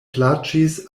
plaĉis